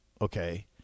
Okay